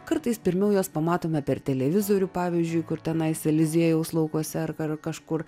kartais pirmiau juos pamatome per televizorių pavyzdžiui kur tenais eliziejaus laukuose ar ką ar per kažkur